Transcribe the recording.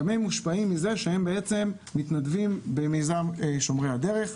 גם מושפעים מזה שהם מתנדבים במיזם שומרי הדרך.